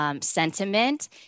sentiment